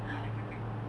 banyak benda [pe]